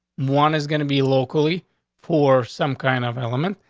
one is going to be locally for some kind of element,